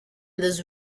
this